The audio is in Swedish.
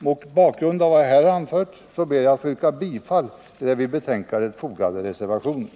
Mot bakgrund av vad jag här har anfört ber jag att få yrka bifall till den vid betänkandet fogade reservationen.